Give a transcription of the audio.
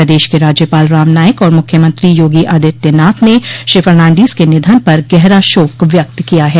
प्रदेश के राज्यपाल राम नाईक और मुख्यमंत्री योगी आदित्यनाथ ने श्री फर्नाडीस के निधन पर गहरा शोक व्यक्त किया है